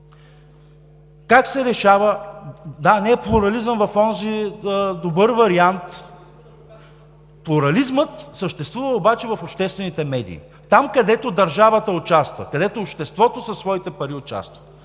ТОМА БИКОВ: Да, не е плурализъм в онзи добър вариант. Плурализмът съществува обаче в обществените медии – там, където държавата участва, където участва обществото със своите пари.